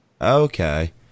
Okay